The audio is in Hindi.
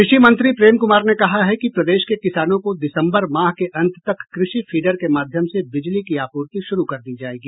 कृषि मंत्री प्रेम कुमार ने कहा है कि प्रदेश के किसानों को दिसंबर माह के अंत तक कृषि फीडर के माध्यम से बिजली की आपूर्ति शुरू कर दी जाएगी